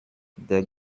der